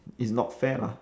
it's not fair lah